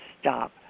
stop